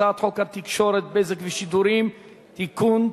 הצעת חוק התקשורת (בזק ושידורים) (תיקון,